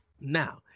Now